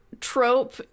trope